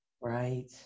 right